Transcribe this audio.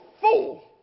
fool